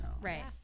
Right